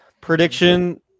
Prediction